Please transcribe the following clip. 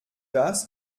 das